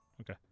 Okay